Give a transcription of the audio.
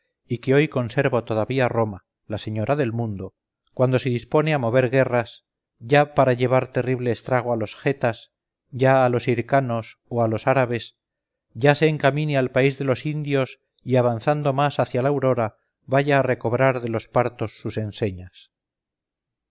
y que hoy conserva todavía roma la señora del mundo cuando se dispone a mover guerras ya para llevar terrible estrago a los getas ya a los hircanos o a los árabes ya se encamine al país de los indios y avanzando más hacia la aurora vaya a recobrar de los partos sus enseñas